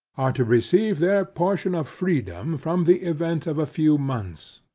are to receive their portion of freedom from the event of a few months.